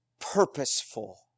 purposeful